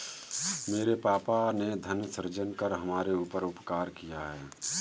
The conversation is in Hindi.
मेरे पापा ने धन सृजन कर हमारे ऊपर उपकार किया है